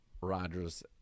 Rodgers